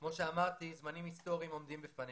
כמו שאמרתי, זמנים היסטוריים עומדים בפנינו.